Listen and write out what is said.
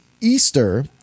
Easter